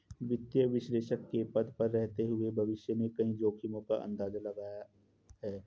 वित्तीय विश्लेषक के पद पर रहते हुए भविष्य में कई जोखिमो का अंदाज़ा लगाया है